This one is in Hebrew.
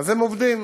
הם עובדים.